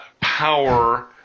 power